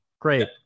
great